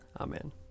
Amen